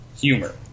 humor